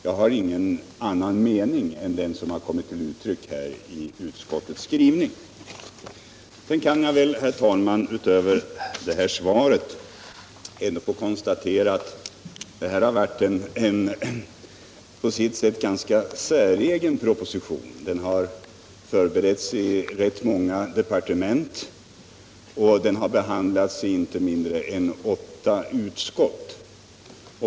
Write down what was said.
Jag har ingen annan mening än den som har kommit till uttryck i utskottets skrivning. Sedan kan jag väl, herr talman, utöver det här svaret ändå få konstatera att det har varit en på sitt sätt säregen proposition. Den har förberetts i rätt många departement, och den har behandlats i inte mindre än åtta utskott.